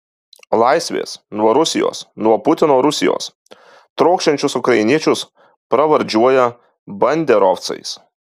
laisvės nuo rusijos nuo putino rusijos trokštančius ukrainiečius pravardžiuoja banderovcais